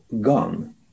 gone